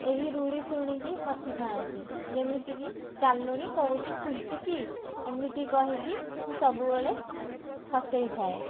ଏହି ରୁଢ଼ି ଶୁଣିକି ହସିଥାନ୍ତି ଯେମିତି କି ଚାଲୁଣି କହୁଛି ଛୁଞ୍ଚିକି ଏମିତି କହିକି ମୁଁ ସବୁବେଳେ ହସେଇଥାଏ